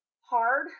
hard